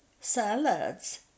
salads